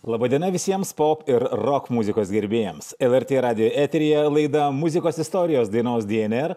laba diena visiems pop ir rok muzikos gerbėjams lrt radijo eteryje laida muzikos istorijos dainos dnr